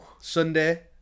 Sunday